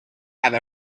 have